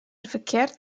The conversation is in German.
verkehrt